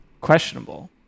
questionable